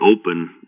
open